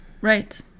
right